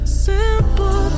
simple